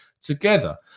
together